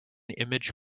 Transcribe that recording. image